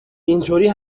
اینطوری